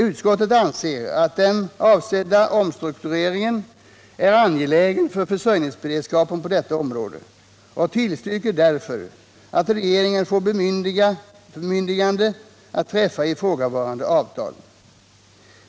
Utskottet anser att den avsedda omstruktureringen är angelägen för försörjningsberedskapen på detta område och tillstyrker därför att regeringen får bemyndigande att träffa ifrågavarande avtal.